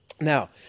Now